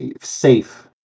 safe